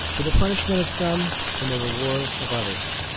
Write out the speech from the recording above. for the punishment of some and the reward of others.